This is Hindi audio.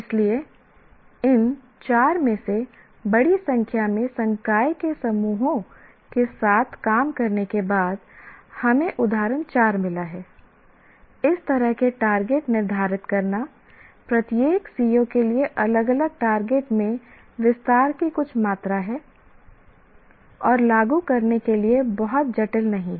इसलिए इन 4 में से बड़ी संख्या में संकाय के समूहों के साथ काम करने के बाद हमें उदाहरण 4 मिला है इस तरह के टारगेट निर्धारित करना प्रत्येक CO के लिए अलग अलग टारगेट में विस्तार की कुछ मात्रा है और लागू करने के लिए बहुत जटिल नहीं है